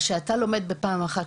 מה שאתה לומד בפעם אחת,